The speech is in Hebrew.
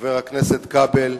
חבר הכנסת כבל,